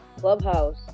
Clubhouse